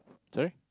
sorry